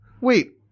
Wait